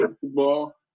football